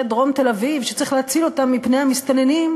דרום תל-אביב שצריך להציל אותם מפני המסתננים,